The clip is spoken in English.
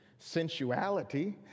sensuality